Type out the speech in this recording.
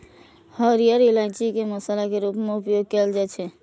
हरियर इलायची के मसाला के रूप मे उपयोग कैल जाइ छै